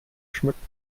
schmücken